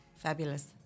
Fabulous